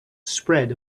spread